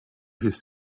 his